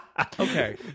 Okay